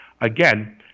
again